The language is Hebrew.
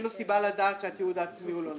לו סיבה לדעת שהתיעוד העצמי לא נכון.